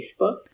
Facebook